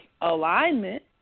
alignment